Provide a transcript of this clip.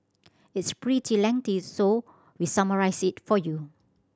it's pretty lengthy so we summarised for you